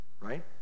Right